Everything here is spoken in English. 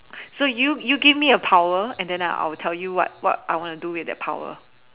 so you you give me a power and then I'll tell you what what I wanna do with that power